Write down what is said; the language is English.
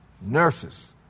nurses